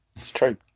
True